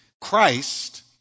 Christ